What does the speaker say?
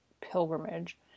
pilgrimage